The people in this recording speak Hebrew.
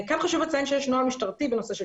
כאן חשוב לציין שיש נוהל משטרתי בנושא של